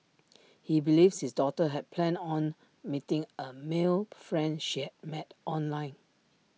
he believes his daughter had planned on meeting A male friend she had met online